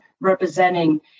representing